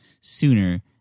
sooner